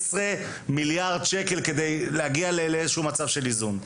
מיליארד שקל כדי להגיע לאיזשהו מצב של איזון.